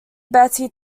betty